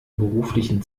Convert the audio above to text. beruflichen